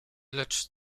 lecz